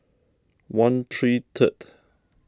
one three third